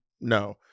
No